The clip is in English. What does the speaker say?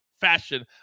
fashion